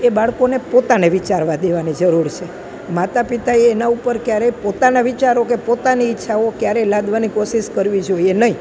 એ બાળકોને પોતાને વિચારવા દેવાની જરૂર છે માતા પિતાએ એનાં ઉપર ક્યારેય પોતાના વિચારો કે પોતાની ઈચ્છાઓ ક્યારેય લાદવાની કોશિશ કરવી જોઈએ નહીં